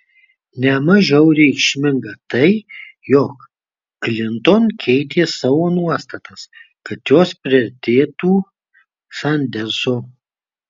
ne mažiau reikšminga tai jog klinton keitė savo nuostatas kad jos priartėtų sanderso